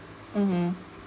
mmhmm